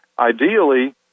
Ideally